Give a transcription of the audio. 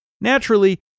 naturally